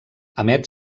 emet